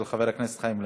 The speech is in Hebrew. של חבר הכנסת חיים ילין.